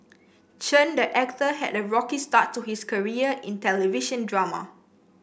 Chen the actor had a rocky start to his career in television drama